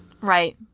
Right